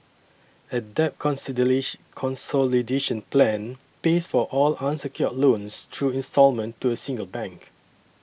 a debt consolidation plan pays for all unsecured loans through instalment to a single bank